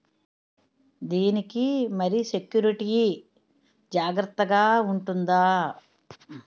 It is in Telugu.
దీని కి మరి సెక్యూరిటీ జాగ్రత్తగా ఉంటుందా?